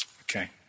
Okay